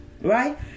right